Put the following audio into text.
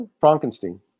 Frankenstein